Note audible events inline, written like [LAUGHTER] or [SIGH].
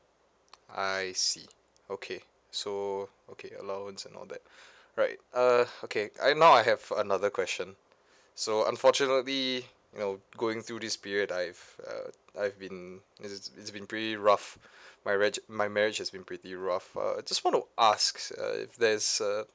I see okay so okay allowance and all that [BREATH] right err okay I now I have another question so unfortunately you know going through this period I've uh I've been it's it's been pretty rough my regi~ my marriage has been pretty rough ah just want to ask uh if there's a